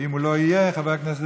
ואם הוא לא יהיה, חבר